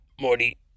Morty